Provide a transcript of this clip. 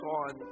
on